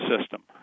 system